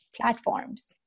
platforms